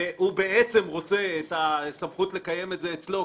והוא בעצם רוצה את הסמכויות לקיים את זה אצלו,